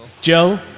Joe